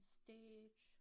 stage